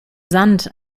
sand